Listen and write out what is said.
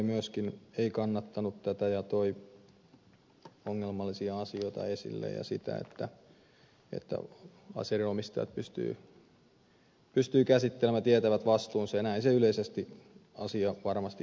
salo ei kannattanut tätä ja toi ongelmallisia asioita esille ja sen että aseiden omistajat pystyvät käsittelemään asetta tietävät vastuunsa ja näin asia yleisesti varmasti on